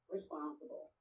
Responsible